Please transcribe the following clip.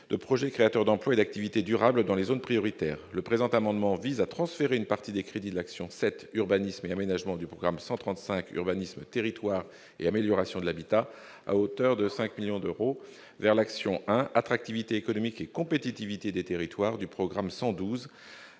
de projets créateurs d'emplois et d'activités durables dans les zones prioritaires. Le présent amendement vise à transférer une partie des crédits de l'action n° 07, Urbanisme et aménagement, du programme 135 « Urbanisme, territoires et amélioration de l'habitat », à hauteur de 5 millions d'euros, vers l'action n° 01, Attractivité économique et compétitivité des territoires, du programme 112